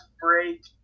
break